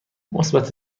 مثبت